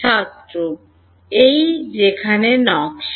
ছাত্র এই যেখানে নকশা